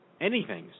anythings